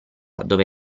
dove